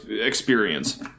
experience